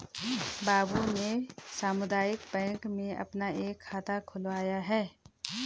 बाबू ने सामुदायिक बैंक में अपना एक खाता खुलवाया है